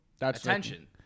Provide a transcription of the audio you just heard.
attention